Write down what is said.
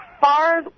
far